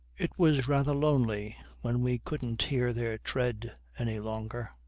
it was rather lonely when we couldn't hear their tread any longer.